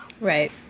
Right